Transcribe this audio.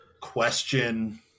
question